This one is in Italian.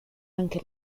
anche